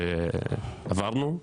אישית שעברנו.